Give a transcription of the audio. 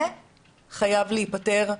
זה חייב להיפתר,